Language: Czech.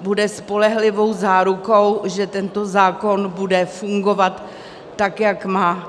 bude spolehlivou zárukou, že tento zákon bude fungovat tak, jak má.